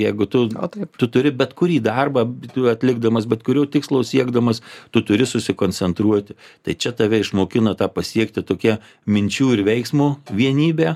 jeigu tu taip tu turi bet kurį darbą tu atlikdamas bet kurio tikslo siekdamas tu turi susikoncentruoti tai čia tave išmokino tą pasiekti tokia minčių ir veiksmo vienybe